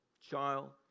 child